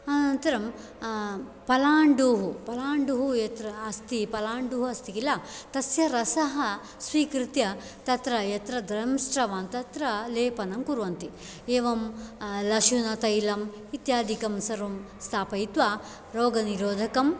अनन्तरं पलाण्डुः पलाण्डुः यत्र अस्ति पलाण्डुः अस्ति किल तस्य रसः स्वीकृत्य तत्र यत्र द्रंष्ट्वान् तत्र लेपनं कुर्वन्ति एवं लशुनतैलम् इत्यादिकं सर्वं स्थापयित्वा रोगनिरोधकं